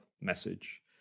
message